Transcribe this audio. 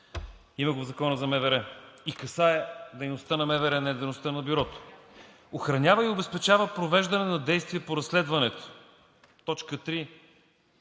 има го в Закона за МВР и касае дейността на МВР, а не дейността на Бюрото. „Охранява и обезпечава провеждане на действия по разследването“ – т.